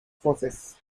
forces